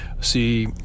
see